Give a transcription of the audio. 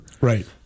Right